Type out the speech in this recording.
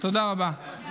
תודה רבה.